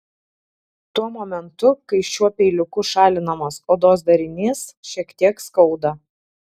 tuo momentu kai šiuo peiliuku šalinamas odos darinys šiek tiek skauda